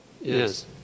Yes